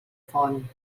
font